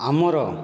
ଆମର